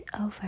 over